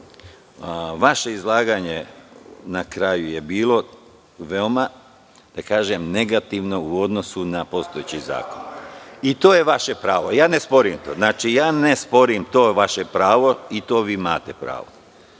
vaše izlaganje na kraju je bilo veoma negativno u odnosu na postojeći zakon. To je vaše pravo. Ja ne sporim to. Znači, ne sporim to je vaše pravo i na to imate pravo.